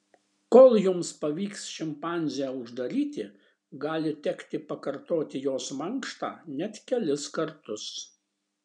kol jums pavyks šimpanzę uždaryti gali tekti pakartoti jos mankštą net kelis kartus